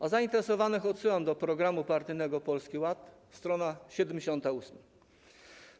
A zainteresowanych odsyłam do programu partyjnego Polski Ład, s. 78.